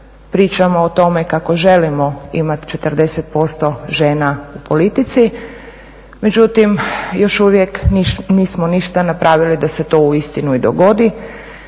pričamo o tome kako želimo imat 40% žena u politici, međutim još uvijek nismo ništa napravili da se to uistinu i dogodi